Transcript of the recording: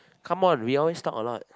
come on we always talk a lot